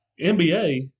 NBA